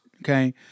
Okay